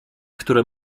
które